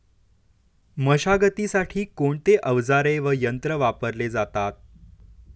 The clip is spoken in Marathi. मशागतीसाठी कोणते अवजारे व यंत्र वापरले जातात?